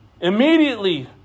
immediately